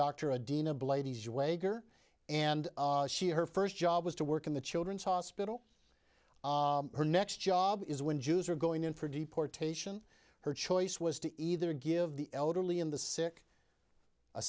agar and she her first job was to work in the children's hospital her next job is when jews are going in for deportation her choice was to either give the elderly and the sick